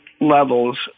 levels